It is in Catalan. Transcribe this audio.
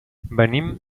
venim